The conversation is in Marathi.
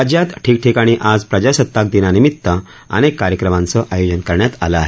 राज्यात ठिकठिकाणी आज प्रजासत्ताक दिनानिमीत्त अनेक कार्यक्रमांचं आयोजन करण्यात आलं आहे